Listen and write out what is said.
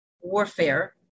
warfare